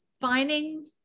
finding